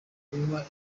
kunywa